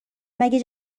مگه